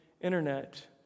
internet